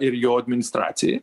ir jo administracijai